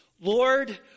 Lord